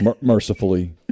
Mercifully